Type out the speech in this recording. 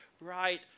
right